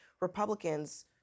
Republicans